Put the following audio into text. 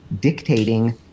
dictating